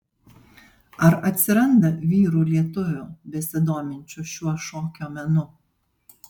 ar atsiranda vyrų lietuvių besidominčių šiuo šokio menu